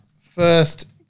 First